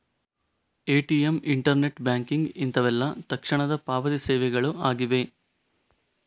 ATM, internet banking ಇಂತವೆಲ್ಲ ತಕ್ಷಣದ ಪಾವತಿ ಸೇವೆಗಳು ಆಗಿವೆ